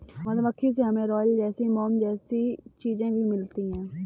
मधुमक्खी से हमे रॉयल जेली, मोम जैसी चीजे भी मिलती है